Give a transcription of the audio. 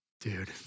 dude